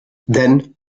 then